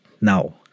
now